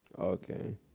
Okay